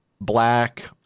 black